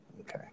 Okay